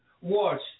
watch